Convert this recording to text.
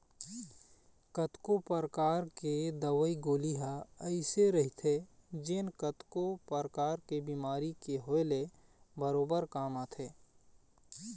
कतको परकार के दवई गोली ह अइसे रहिथे जेन कतको परकार के बेमारी के होय ले बरोबर काम आथे